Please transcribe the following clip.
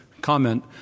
comment